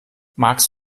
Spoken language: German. magst